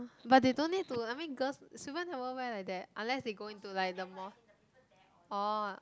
but they don't need to I mean girls Sylvia never wear like that unless they go into like the mosque orh